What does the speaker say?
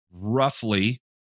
roughly